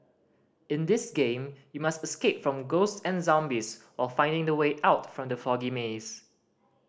in this game you must escape from ghosts and zombies of finding the way out from the foggy maze